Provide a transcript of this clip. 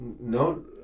no